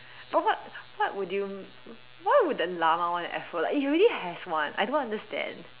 but what what would you why would the llama want an Afro like it already has one I don't understand